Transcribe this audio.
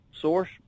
source